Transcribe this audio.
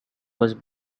was